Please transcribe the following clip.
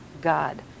God